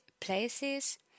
places